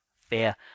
fear